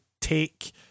take